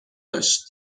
داشت